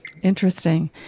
Interesting